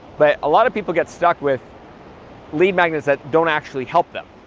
but a lot of people get stuck with lead magnets that don't actually help them.